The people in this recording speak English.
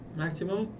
maximum